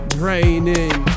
draining